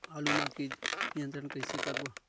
आलू मा कीट नियंत्रण कइसे करबो?